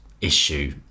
issue